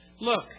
Look